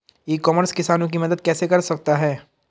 ई commerce किसानों की मदद कैसे कर सकता है?